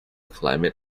climate